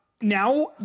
now